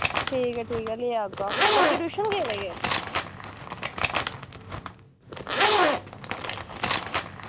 ठीक ऐ ठीक ऐ लेई आह्गा बच्चे बी गेदे केह्